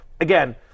again